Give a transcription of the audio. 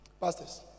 Pastors